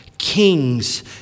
kings